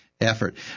effort